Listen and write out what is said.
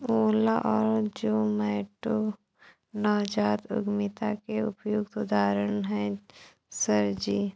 ओला और जोमैटो नवजात उद्यमिता के उपयुक्त उदाहरण है सर जी